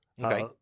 Okay